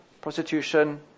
prostitution